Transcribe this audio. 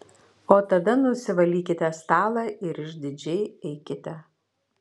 o tada nusivalykite stalą ir išdidžiai eikite